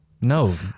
No